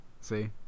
See